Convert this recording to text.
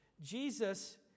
Jesus